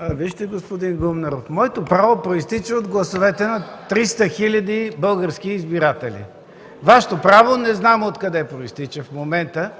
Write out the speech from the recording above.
Вижте, господин Гумнеров, моето право произтича от гласовете на 300 хиляди български избиратели. Вашето право не знам откъде произтича в момента.